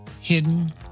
hidden